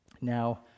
Now